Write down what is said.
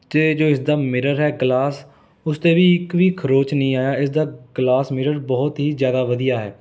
ਅਤੇ ਜੋ ਇਸਦਾ ਮਿਰਰ ਹੈ ਗਿਲਾਸ ਉਸ 'ਤੇ ਵੀ ਇਕ ਵੀ ਖਰੋਚ ਨਹੀਂ ਆਇਆ ਇਸ ਦਾ ਗਿਲਾਸ ਮਿਰਰ ਬਹੁਤ ਹੀ ਜ਼ਿਆਦਾ ਵਧੀਆ ਹੈ